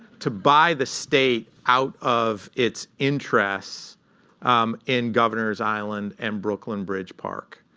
to buy the state out of its interests in governors island and brooklyn bridge park.